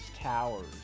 Towers